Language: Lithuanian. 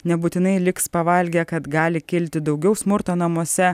nebūtinai liks pavalgę kad gali kilti daugiau smurto namuose